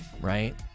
right